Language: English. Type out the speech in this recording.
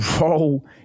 role